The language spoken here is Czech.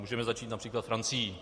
Můžeme začít například Francií.